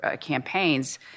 campaigns